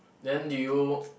then do you